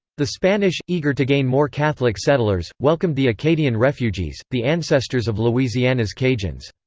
the spanish, eager to gain more catholic settlers, welcomed the acadian refugees, the ancestors of louisiana's cajuns.